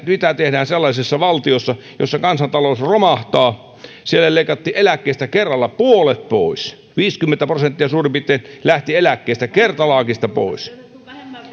mitä tehdään sellaisessa valtiossa jossa kansantalous romahtaa siellä leikattiin eläkkeistä kerralla puolet pois viisikymmentä prosenttia suurin piirtein lähti eläkkeistä kertalaakista pois